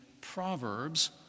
Proverbs